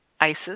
Isis